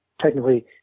technically